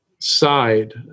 side